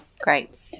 Great